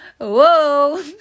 whoa